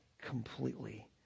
completely